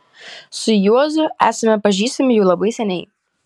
su juozu esame pažįstami jau labai seniai